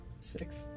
Six